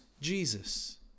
Jesus